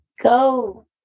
go